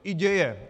I děje.